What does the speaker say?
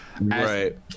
right